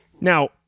Now